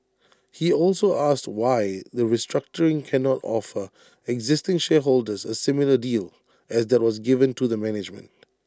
he also asked why the restructuring cannot offer existing shareholders A similar deal as that was given to the management